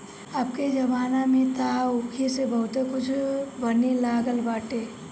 अबके जमाना में तअ ऊखी से बहुते कुछ बने लागल बाटे